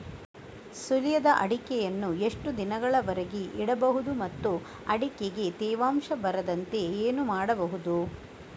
ಸುಲಿಯದ ಅಡಿಕೆಯನ್ನು ಎಷ್ಟು ದಿನಗಳವರೆಗೆ ಇಡಬಹುದು ಮತ್ತು ಅಡಿಕೆಗೆ ತೇವಾಂಶ ಬರದಂತೆ ಏನು ಮಾಡಬಹುದು?